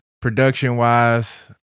production-wise